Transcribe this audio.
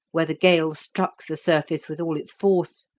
where the gale struck the surface with all its force,